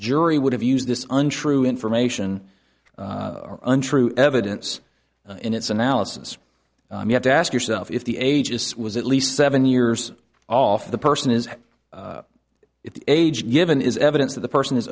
jury would have used this untrue information untrue evidence in its analysis you have to ask yourself if the ages was at least seven years off the person is it age given is evidence that the person is